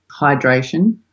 hydration